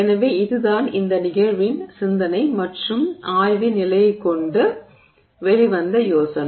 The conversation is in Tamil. எனவே இதுதான் இந்த நிகழ்வின் சிந்தனை மற்றும் ஆய்வின் நிலையைக் கொண்டு வெளிவந்த யோசனை